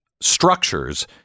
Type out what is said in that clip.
structures